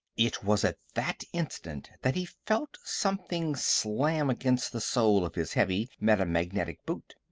it was at that instant that he felt something slam against the sole of his heavy metamagnetic boot.